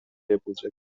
yapılacak